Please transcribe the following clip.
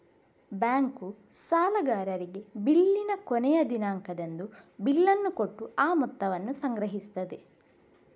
bank ಸಾಲಗಾರರಿಗೆ ಬಿಲ್ಲಿನ ಕೊನೆಯ ದಿನಾಂಕದಂದು ಬಿಲ್ಲನ್ನ ಕೊಟ್ಟು ಆ ಮೊತ್ತವನ್ನ ಸಂಗ್ರಹಿಸ್ತದೆ